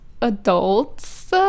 adults